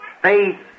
faith